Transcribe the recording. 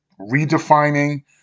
redefining